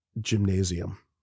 gymnasium